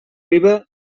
riba